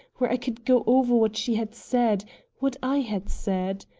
where i could go over what she had said what i had said.